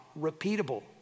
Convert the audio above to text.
repeatable